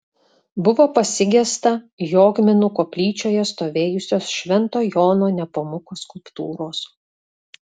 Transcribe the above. buvo pasigesta jogminų koplyčioje stovėjusios švento jono nepomuko skulptūros